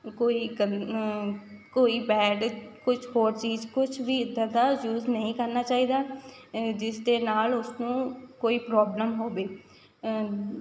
ਕੋਈ ਗੰ ਕੋਈ ਬੈਡ ਕੁਝ ਹੋਰ ਚੀਜ਼ ਕੁਝ ਵੀ ਇੱਦਾਂ ਦਾ ਯੂਜ਼ ਨਹੀਂ ਕਰਨਾ ਚਾਹੀਦਾ ਜਿਸ ਦੇ ਨਾਲ਼ ਉਸਨੂੰ ਕੋਈ ਪ੍ਰੋਬਲਮ ਹੋਵੇ